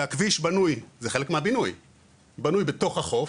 שהכביש בנוי בתוך החוף.